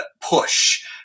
push